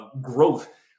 growth